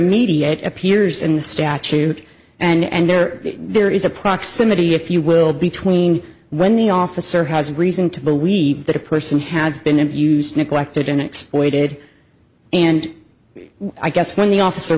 immediate appears in the statute and there there is a proximity if you will between when the officer has reason to believe that a person has been abused neglected and exploited and i guess when the officer